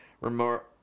remote